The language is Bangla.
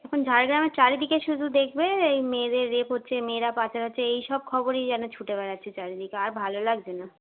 এখন ঝাড়গ্রামের চারিদিকে শুধু দেখবে এই মেয়েদের রেপ হচ্ছে মেয়েরা পাচার হচ্ছে এই সব খবরই যেন ছুটে বেড়াচ্ছে চারিদিকে আর ভালো লাগছে না